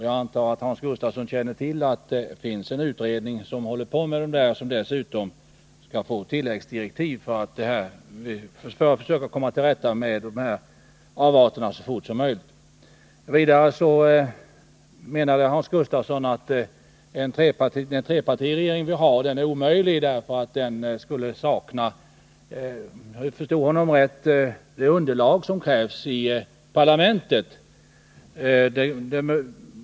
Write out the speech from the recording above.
Jag antar att Hans Gustafsson känner till att det finns en utredning som håller på med detta och som dessutom skall få tilläggsdirektiv för att försöka komma till rätta med avarterna så fort som möjligt. Vidare menade Hans Gustafsson att den trepartiregering som vi har är omöjlig Den skulle, om jag förstod honom rätt, sakna det underlag som krävs i parlamentet.